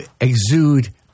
exude